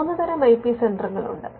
മൂന്ന് തരം ഐപി സെന്ററുകൾ ഉണ്ട്